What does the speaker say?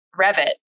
Revit